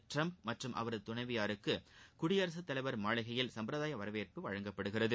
Trump மற்றும் அவரது துணைவியாருக்கு குடியரசுத் தலைவர் மாளிகையில் சம்பிரதாய வரவேற்பு அளிக்கப்படுகிறது